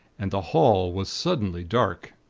and the hall was suddenly dark.